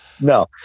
No